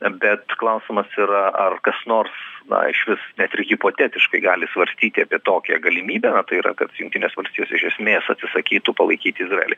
bet klausimas yra ar kas nors na išvis net ir hipotetiškai gali svarstyti apie tokią galimybę na tai yra kad jungtinės valstijos iš esmės atsisakytų palaikyti izraelį